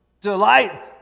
Delight